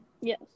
Yes